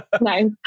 Nice